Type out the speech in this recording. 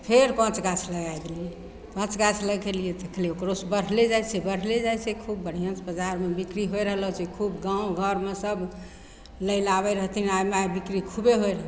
फेर पाँच गाछ लगै देलिए पाँच गाछ लगेलिए देखलिए ओकरोसे बढ़ले जाइ छै बढ़ले जाइ छै खूब बढ़िआँसे बजारमे बिक्री होइ रहलऽ छै खूब गाम घरमे सब लै ले आबै रहथिन आओर आइ माइ बिक्री खूबे होइ रहै